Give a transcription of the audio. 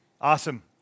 Awesome